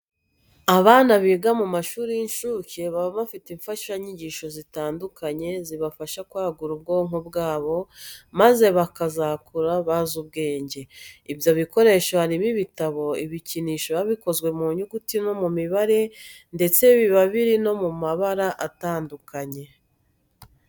Abana biga mu mashuri y'inshuke baba bafite imfashanyigisho zitandukanye zibafasha kwagura ubwonko bwabo maze bakazakura bazi ubwenge. Ibyo bikoresho harimo ibitabo, ibikinisho biba bikozwe mu nyuguti no mu mibare ndetse biba biri no mu mabara atandukanye.